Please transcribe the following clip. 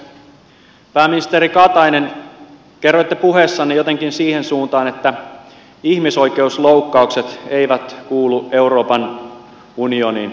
pääministeri katainen kerroitte puheessanne jotenkin siihen suuntaan että ihmisoikeusloukkaukset eivät kuulu euroopan unioniin